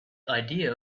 idea